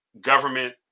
government